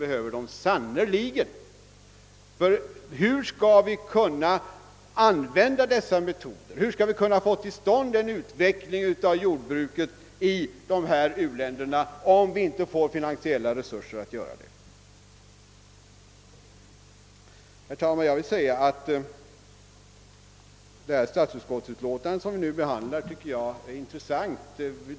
Men DAC-chefen förklarade, att pengar behövde man sannerligen, ty eljest skulle det inte bli möjligt att få till stånd den erforderliga utvecklingen i u-länderna. Herr talman! Det utlåtande från statsutskottet som vi nu behandlar är intressant.